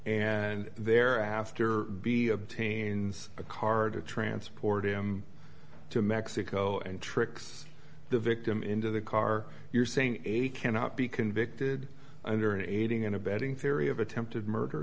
and there after b obtains a car to transport him to mexico and tricks the victim into the car you're saying a cannot be convicted under aiding and abetting theory of attempted murder